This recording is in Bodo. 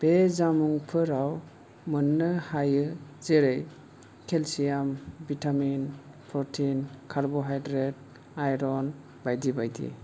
बे जामुंफोराव मोन्नो हायो जेरै calcium vitamin protein carbohydrate iron बायदि बायदि